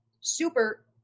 super